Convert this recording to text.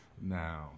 Now